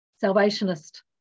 salvationist